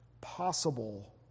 possible